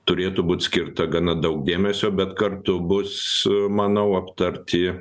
turėtų būt skirta gana daug dėmesio bet kartu bus manau aptarti